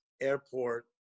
airport